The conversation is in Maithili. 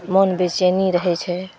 मोन बेचैनी रहै छै